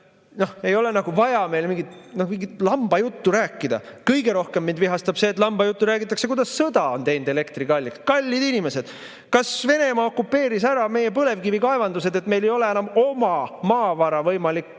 ei ole vaja meile mingit lambajuttu rääkida. Kõige rohkem mind vihastab see lambajutt, kui räägitakse, et sõda on teinud elektri kalliks. Kallid inimesed! Kas Venemaa okupeeris ära meie põlevkivikaevandused, et meil ei ole enam oma maavara võimalik